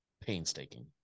Painstaking